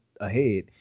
ahead